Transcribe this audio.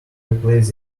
replace